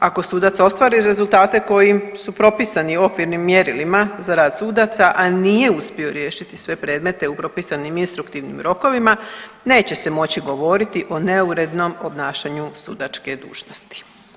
ako sudac ostvari rezultate kojim su propisani okvirnim mjerilima za rad sudaca, a nije uspio riješiti sve predmete u propisanim instruktivnim rokovima neće se moći govoriti o neurednom obnašanju sudačke dužnosti.